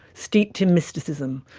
steeped in mysticism,